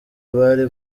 abari